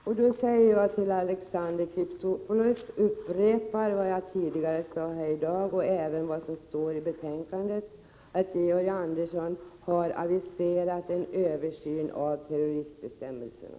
Fru talman! Då upprepar jag för Alexander Chrisopoulos vad jag tidigare sade här i dag och vad som även står i betänkandet, att Georg Andersson har aviserat en översyn av terroristbestämmelserna.